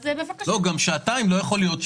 לא, גם שעתיים לא יכול להיות.